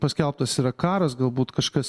paskelbtas yra karas galbūt kažkas